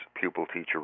pupil-teacher